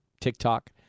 TikTok